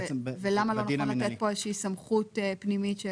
למה לא נכון לתת כאן איזושהי סמכות פנימית?